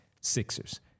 sixers